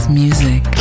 music